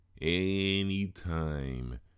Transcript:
anytime